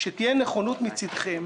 שתהיה נכונות מצדכם